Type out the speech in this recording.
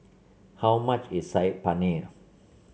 how much is Saag Paneer